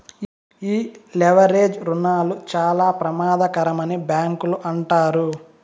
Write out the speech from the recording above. ఈ లెవరేజ్ రుణాలు చాలా ప్రమాదకరమని బ్యాంకులు అంటారు